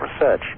research